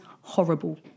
horrible